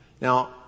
Now